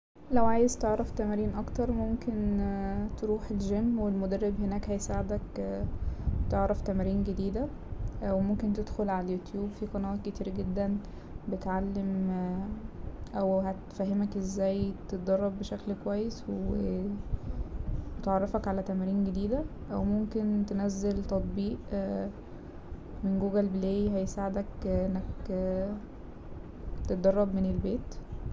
لو عايز تعرف تمارين أكتر ممكن تروح الجيم والمدرب هناك هيساعدك تعرف تمارين جديدة وممكن تدخل على اليوتيوب في قنوات كتير جدا بتعلم أو هتفهمك ازاي تدرب بشكل كويس وتعرفك على تمارين جديدة أو ممكن تنزل تطبيق من جوجل بلاي هيساعدك أنك تدرب من البيت.